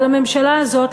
אבל הממשלה הזאת,